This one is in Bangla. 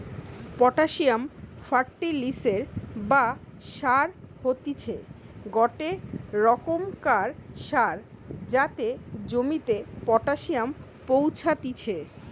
পটাসিয়াম ফার্টিলিসের বা সার হতিছে গটে রোকমকার সার যাতে জমিতে পটাসিয়াম পৌঁছাত্তিছে